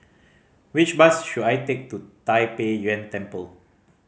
which bus should I take to Tai Pei Yuen Temple